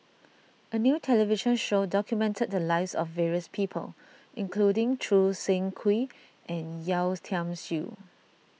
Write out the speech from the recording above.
a new television show documented the lives of various people including Choo Seng Quee and Yeo Tiam Siew